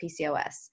PCOS